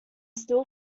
steel